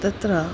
तत्र